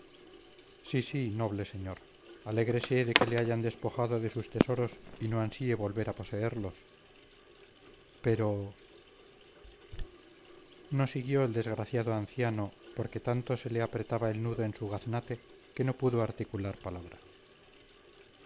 sí sí noble señor alégrese de que le hayan despojado de sus tesoros y no ansíe volver a poseerlos pero no siguió el desgraciado anciano por que tanto se le apretaba el nudo en su gaznate que no pudo articular palabra